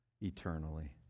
eternally